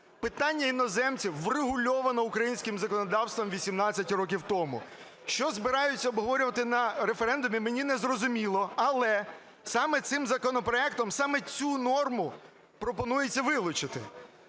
Питання іноземців врегульовано українським законодавством 18 років тому. Що збираються обговорювати на референдумі, мені незрозуміло. Але саме цим законопроектом саме цю норму пропонується вилучити.